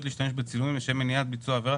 להשתמש בצילום לשם מניעת ביצוע עבירה,